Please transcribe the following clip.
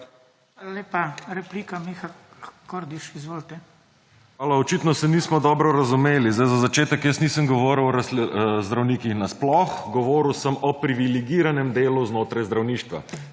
(PS Levica):** Hvala. Očitno se nismo dobro razumeli. Zdaj, za začetek jaz nisem govoril o zdravnikih na sploh, govoril sem o privilegiranem delu znotraj zdravništva,